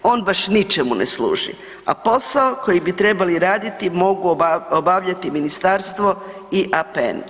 On baš ničemu ne služi, a posao koji bi trebali raditi mogu obavljati ministarstvo i APN.